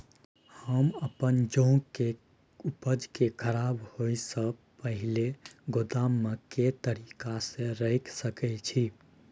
हम अपन जौ के उपज के खराब होय सो पहिले गोदाम में के तरीका से रैख सके छी?